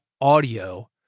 audio